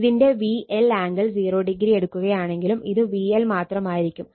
ഇതിന്റെ VL angle 0 എടുക്കുകയാണെങ്കിലും ഇത് VL മാത്രമായിരിക്കും